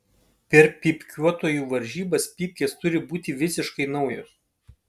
per pypkiuotojų varžybas pypkės turi būti visiškai naujos